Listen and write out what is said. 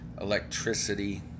electricity